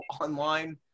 online